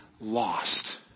lost